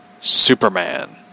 Superman